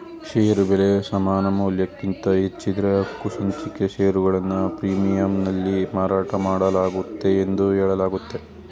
ಷೇರು ಬೆಲೆ ಸಮಾನಮೌಲ್ಯಕ್ಕಿಂತ ಹೆಚ್ಚಿದ್ದ್ರೆ ಹಕ್ಕುಸಂಚಿಕೆ ಷೇರುಗಳನ್ನ ಪ್ರೀಮಿಯಂನಲ್ಲಿ ಮಾರಾಟಮಾಡಲಾಗುತ್ತೆ ಎಂದು ಹೇಳಲಾಗುತ್ತೆ